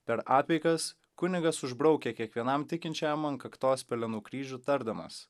per apeigas kunigas užbraukia kiekvienam tikinčiajam ant kaktos pelenų kryžių tardamas